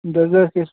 दस दस